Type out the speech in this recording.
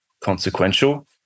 consequential